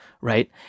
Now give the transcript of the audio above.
Right